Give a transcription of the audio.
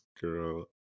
girl